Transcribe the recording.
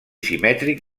simètric